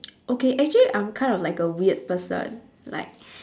okay actually I'm kind of like a weird person like